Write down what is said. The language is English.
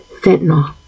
fentanyl